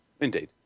Indeed